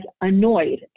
annoyed